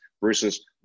versus